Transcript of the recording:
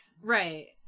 Right